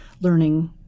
learning